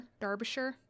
Derbyshire